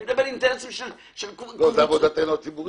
אני מדבר על אינטרסים --- זו עבודתנו הציבורית.